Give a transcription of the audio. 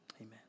Amen